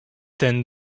ten